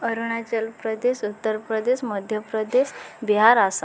Arunachal Pradesh Uttar Pradesh Madhya Pradesh Bihar Assam